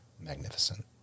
magnificent